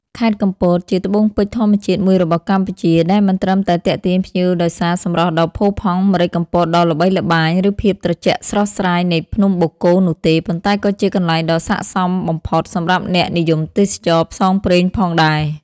ខេត្តកំពតជាត្បូងពេជ្រធម្មជាតិមួយរបស់កម្ពុជា ដែលមិនត្រឹមតែទាក់ទាញភ្ញៀវដោយសារសម្រស់ដ៏ផូរផង់ ម្រេចកំពតដ៏ល្បីល្បាញ ឬភាពត្រជាក់ស្រស់ស្រាយនៃភ្នំបូកគោនោះទេ ប៉ុន្តែក៏ជាកន្លែងដ៏ស័ក្ដិសមបំផុតសម្រាប់អ្នកនិយមទេសចរណ៍ផ្សងព្រេងផងដែរ។